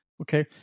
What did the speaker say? Okay